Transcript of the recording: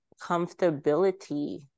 comfortability